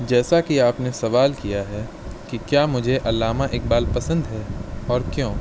جیسا کہ آپ نے سوال کیا ہے کہ کیا مجھے علامہ اقبال پسند ہیں اور کیوں